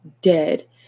dead